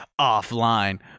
offline